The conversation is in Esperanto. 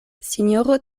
sinjoro